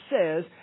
says